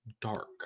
dark